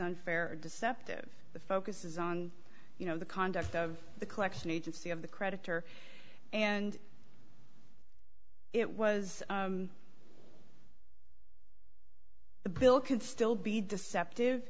unfair deceptive the focus is on you know the conduct of the collection agency of the creditor and it was the bill can still be deceptive